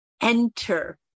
enter